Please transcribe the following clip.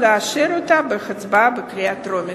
ולאשר אותה בהצבעה בקריאה טרומית.